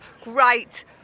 Great